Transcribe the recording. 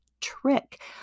trick